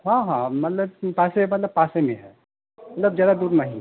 हाँ हाँ मतलब पासे मतलब पासे में है मतलब ज़्यादा दूर नहीं है